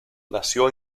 nació